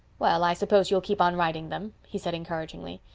well, i suppose you'll keep on writing them, he said encouragingly.